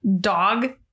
dog